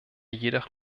jedoch